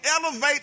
elevate